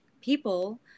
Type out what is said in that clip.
people